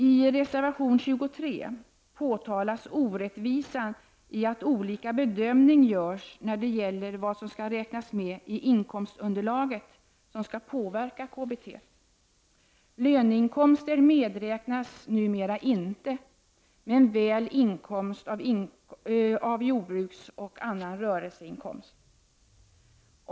I reservation 23 påtalas orättvisan i att olika bedömningar görs när det gäller vad som skall räknas med i inkomstunderlaget och påverka KBT. Löneinkomster medräknas numera inte, men väl inkomst av jordbruk och annan rörelseinkomst.